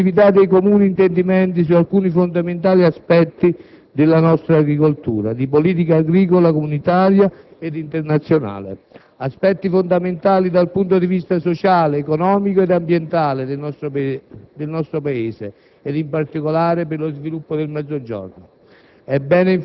sulla positività dei comuni intendimenti su alcuni fondamentali aspetti della nostra agricoltura, di politica agricola comunitaria ed internazionale; aspetti fondamentali dal punto di vista sociale, economico ed ambientale del nostro Paese ed in particolare per lo sviluppo del Mezzogiorno.